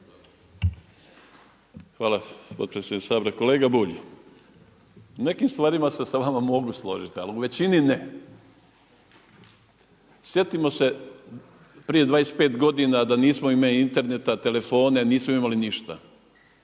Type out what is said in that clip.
Hvala potpredsjedniče Sabora. Kolega Bulj, u nekim stvarima se sa vama mogu složiti ali u većini ne. Sjetimo se prije 25 godina da nismo imali interneta, telefone, nismo imali ništa.